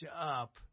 up